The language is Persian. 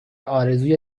آرزوی